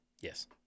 Yes